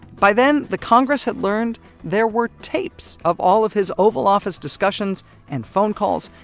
by then, the congress had learned there were tapes of all of his oval office discussions and phone calls,